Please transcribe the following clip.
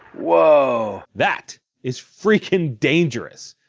so that is freakin' dangerous.